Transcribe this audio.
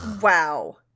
wow